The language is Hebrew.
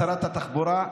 שרת התחבורה,